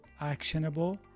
actionable